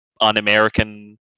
un-American